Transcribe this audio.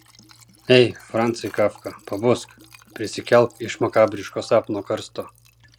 ei francai kafka pabusk prisikelk iš makabriško sapno karsto